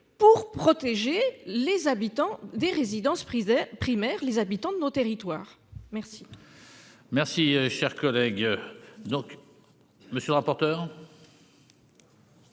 pour protéger les habitants des résidences privées. Primaire, les habitants de nos territoires. Merci. Merci cher collègue. Donc. Monsieur le rapporteur.